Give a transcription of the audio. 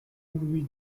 louis